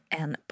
en